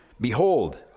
Behold